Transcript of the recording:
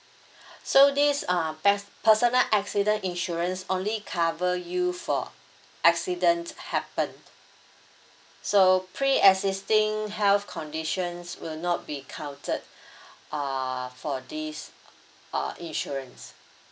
so this uh pes~ personal accident insurance only cover you for accident happen so pre-existing health conditions will not be counted uh for this uh insurance